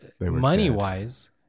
money-wise